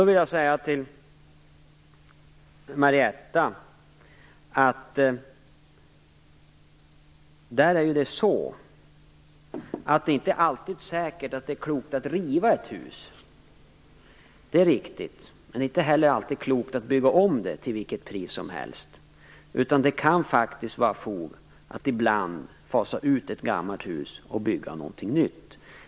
Till Marietta de Pourbaix-Lundin vill jag säga: Det är inte alltid säkert att det är klokt att riva ett hus - det är riktigt. Men det är inte heller alltid klokt att bygga om det till vilket pris som helst. Det kan faktiskt finnas fog för att ibland fasa ut ett gammalt hus och bygga något nytt.